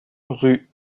rue